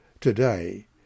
today